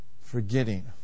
forgetting